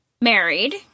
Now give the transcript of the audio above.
married